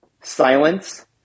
silence